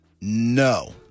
No